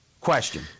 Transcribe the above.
Question